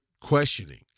questioning